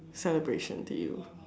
celebration to you